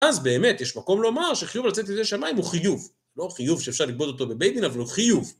אז באמת, יש מקום לומר שחיוב לצאת ידי שמיים הוא חיוב. לא חיוב שאפשר לגבות אותו בבית דין, אבל הוא חיוב.